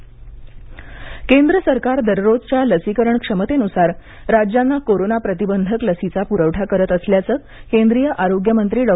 हर्ष वर्धन केंद्र सरकार दररोजच्या लसीकरण क्षमतेनुसार राज्यांना कोरोना प्रतिबंधक लसींचा पुरवठा करत असल्याचं केंद्रीय आरोग्यमंत्री डॉ